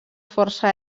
força